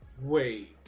Wait